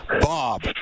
Bob